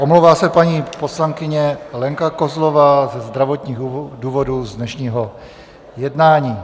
Omlouvá se paní poslankyně Lenka Kozlová ze zdravotních důvodů z dnešního jednání.